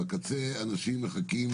ובקצה אנשים מחכים